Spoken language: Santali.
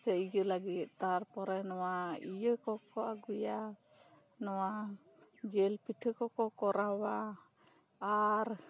ᱥᱮ ᱤᱡᱟᱹ ᱞᱟᱹᱜᱤᱫ ᱛᱟᱨᱯᱚᱨᱮ ᱱᱚᱣᱟ ᱤᱭᱟᱹ ᱠᱚᱠᱚ ᱟᱹᱜᱩᱭᱟ ᱱᱚᱣᱟ ᱡᱮᱞ ᱯᱤᱴᱷᱟᱹ ᱠᱚᱠᱚ ᱠᱚᱨᱟᱣᱟ ᱟᱨ